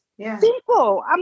Simple